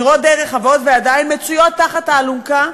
נראות די רחבות, ועדיין מצויות תחת האלונקה.